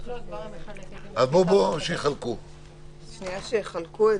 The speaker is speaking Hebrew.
שמחלקים את